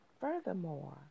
Furthermore